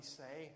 say